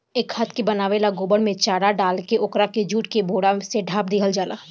ए खाद के बनावे ला गोबर में चेरा डालके ओकरा के जुट के बोरा से ढाप दिहल जाला